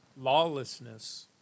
lawlessness